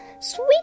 sweet